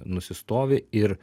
nusistovi ir